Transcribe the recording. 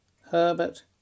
Herbert